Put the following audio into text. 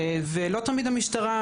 ולא תמיד המשטרה,